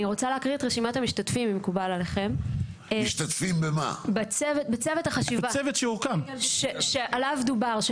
אני רוצה להקריא את רשימת המשתתפים בצוות החשיבה שעליו דובר.